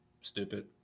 stupid